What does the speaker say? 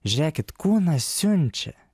žiūrėkit kūnas siunčia